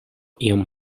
iom